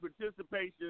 participation